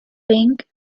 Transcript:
bank